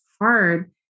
hard